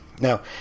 Now